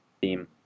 theme